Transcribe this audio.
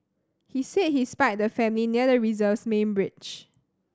he said he spied the family near the reserve's main bridge